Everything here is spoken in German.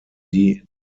die